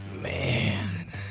Man